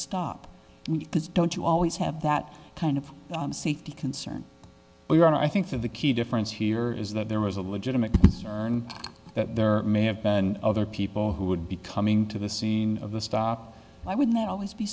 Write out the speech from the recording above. stop don't you always have that kind of safety concern but i think that the key difference here is that there was a legitimate concern that there may have been other people who would be coming to the scene of the stop i would not always be